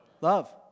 Love